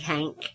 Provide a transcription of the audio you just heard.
Hank